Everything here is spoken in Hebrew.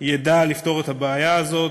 ידע לפתור את הבעיה הזאת.